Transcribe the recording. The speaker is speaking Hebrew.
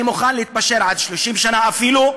ואני מוכן להתפשר עד 30 שנה אפילו.